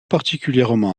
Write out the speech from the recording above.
particulièrement